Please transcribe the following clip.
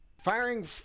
Firing